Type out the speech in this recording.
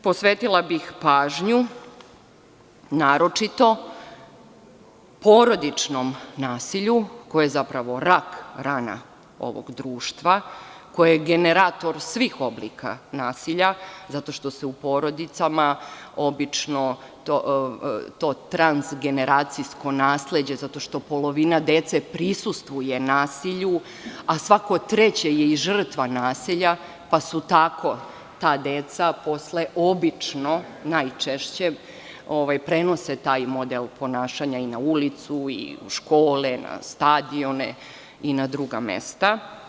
Posvetila bih pažnju, naročito, porodičnom nasilju, koje je zapravo rak rana ovog društva, koje je generator svih oblika nasilja, zato što se u porodicama obično transgeneracijsko nasleđe, zato što polovina dece prisustvuje nasilju, a svako treće je i žrtva nasilja, pa su tako ta deca posle obično, najčešće prenose taj model ponašanja i na ulicu, i u škole, na stadione i na druga mesta.